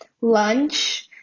lunch